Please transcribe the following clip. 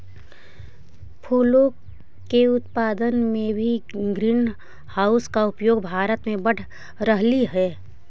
फूलों के उत्पादन में भी ग्रीन हाउस का उपयोग भारत में बढ़ रहलइ हे